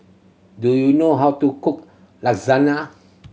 do you know how to cook Lasagna